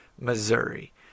Missouri